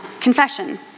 confession